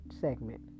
segment